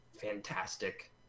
fantastic